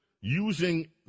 using